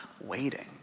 waiting